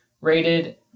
rated